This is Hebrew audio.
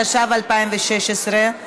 התשע"ו 2016,